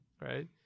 right